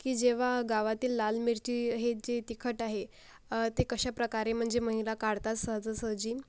की जेव्हा गावातील लाल मिरची हे जे तिखट आहे ते कशा प्रकारे म्हणजे महिला काढतात सहजासहजी